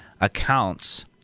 accounts